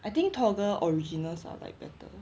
I think toggle originals are like better